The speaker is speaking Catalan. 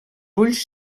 ulls